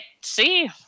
see